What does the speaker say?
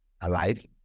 alive